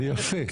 זה יפה.